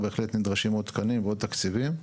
בהחלט נדרשים עוד תקנים ועוד תקציבים.